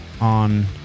on